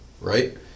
right